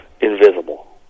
invisible